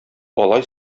алай